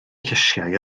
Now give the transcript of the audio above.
llysiau